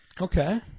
Okay